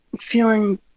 Feeling